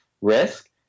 risk